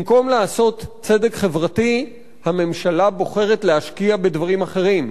במקום לעשות צדק חברתי הממשלה בוחרת להשקיע בדברים אחרים.